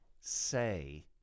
say